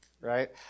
right